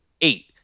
eight